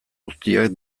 guztiak